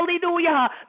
hallelujah